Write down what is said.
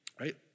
right